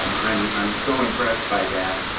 um i'm i'm so impressed by that.